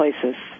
places